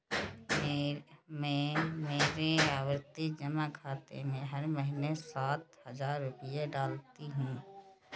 मैं मेरे आवर्ती जमा खाते में हर महीने सात हजार रुपए डालती हूँ